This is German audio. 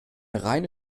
reine